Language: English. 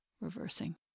reversing